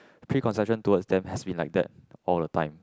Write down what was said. preconception towards them has been like that all the time